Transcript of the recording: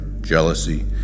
jealousy